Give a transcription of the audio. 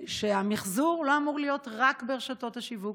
שהמחזור לא אמור להיות רק ברשתות השיווק,